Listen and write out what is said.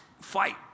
fight